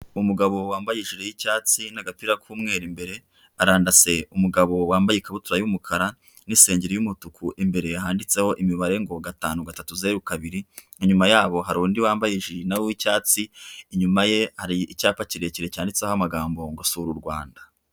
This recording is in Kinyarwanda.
umugabo wambaye ijiri y'icyatsi n'agapira k'umweru imbere arandase umugabo wambaye ikabutura y'umukara n'isengeri y'umutuku imbere yanditseho imibare ngo gatanu gatatu zeru kabiri inyuma yaho hari undi wambaye ijiri y'icyatsi inyuma ye hari icyapa kirekire cyanditseho amagambo ngo sura u Rwanda.